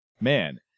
man